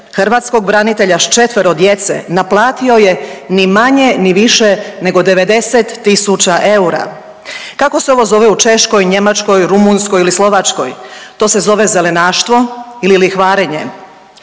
hrvatskog branitelja s četvero djece naplatio je ni manje ni više nego 90 tisuća eura. Kako se ovo zove u Češkoj, Njemačkoj, Rumunjskoj ili Slovačkoj? To se zove zelenaštvo ili lihvarenje.